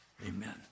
amen